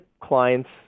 clients